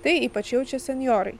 tai ypač jaučia senjorai